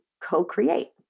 co-create